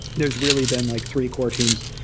there's really been like three core teams.